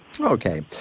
Okay